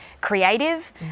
creative